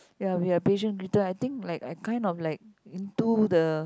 ya we are patient greater I think like I kind of like into the